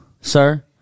sir